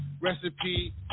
Recipe